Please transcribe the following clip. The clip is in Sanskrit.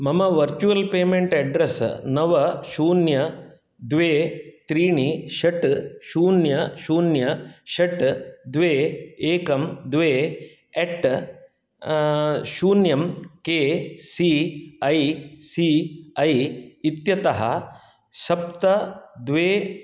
मम वर्चुवल् पेमेण्ट् अड्रेस् नव शून्य द्वे त्रीणि षट् शून्य शून्य षट् द्वे एकं द्वे एट् शून्यं K C I C I इत्यतः सप्त द्वे